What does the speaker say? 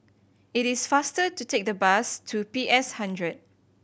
it is faster to take the bus to P S Hundred